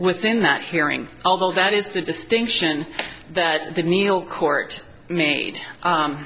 within that hearing although that is the distinction that the meal court made